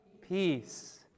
peace